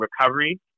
recovery